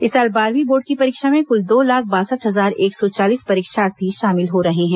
इस साल बारहवीं बोर्ड की परीक्षा में क्ल दो लाख बासठ हजार एक सौ चालीस परीक्षार्थी शामिल हो रहे हैं